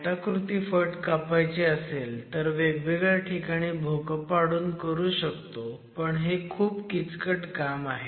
आयताकृती फट कापायची असेल तर वेगवेगळ्या ठिकाणी भोकं पाडून करू शकतो पण हे खूप किचकट काम आहे